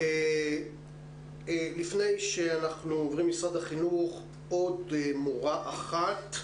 לפני שאנחנו עוברים למשרד החינוך עוד מורה אחת: